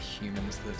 humans